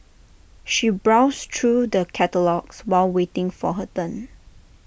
she browsed through the catalogues while waiting for her turn